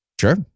Sure